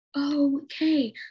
okay